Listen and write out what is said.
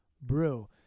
brew